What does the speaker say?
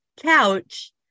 couch